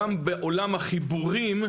גם בעולם החיבורים,